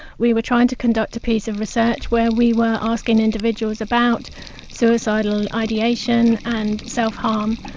we were trying to conduct a piece of research where we were asking individuals about suicidal ideation and self-harm,